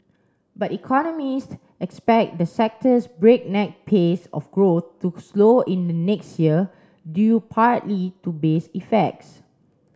but economists expect the sector's breakneck pace of growth to slow in the next year due partly to base effects